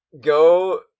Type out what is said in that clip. go